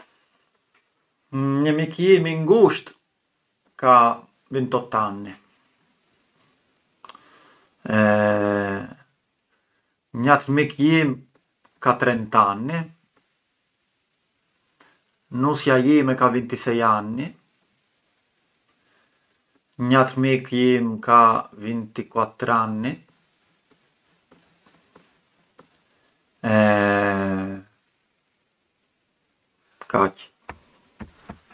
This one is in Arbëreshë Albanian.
Një mik jimi i ngusht ka vintottu anni, njatr mik jim ka trent’anni, nusja jime ka vintisei anni, njatr mik jim ka vintiquattr’anni e kaq.